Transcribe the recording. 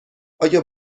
آیا